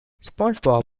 spongebob